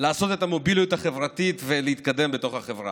לעשות את המוביליות החברתית ולהתקדם בתוך החברה.